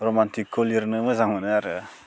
र'मान्टिकखौ लिरनो मोजां मोनो आरो